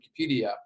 Wikipedia